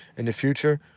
and the future,